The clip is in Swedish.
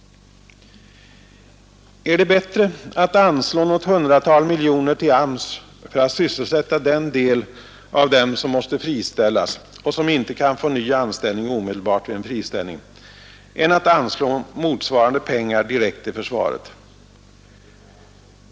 Är det bättre att anslå något hundratal miljoner till AMS för att sysselsätta den del av dem som måste friställas och som inte kan få ny anställning omedelbart vid en friställning än att anslå motsvarande pengar direkt till försvaret?